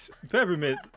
peppermint